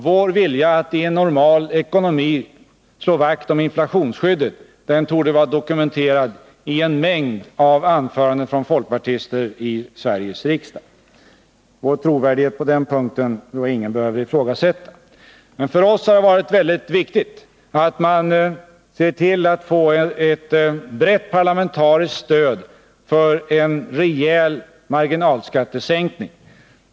Vår vilja att i en normal ekonomi slå vakt om inflationsskyddet torde vara dokumenterad av en mängd anföranden från folkpartister i Sveriges riksdag. Vår trovärdighet på den punkten kan ingen ifrågasätta. För oss har det emellertid varit viktigt att få ett brett parlamentariskt stöd för en rejäl marginalskattesänkning.